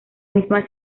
misma